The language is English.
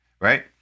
right